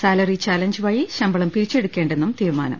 salary challenge വഴി ശമ്പളം പിരി ച്ചെടുക്കേണ്ടെന്നും തീരുമാനം